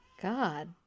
God